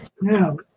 Now